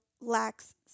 lacks